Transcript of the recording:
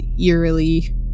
eerily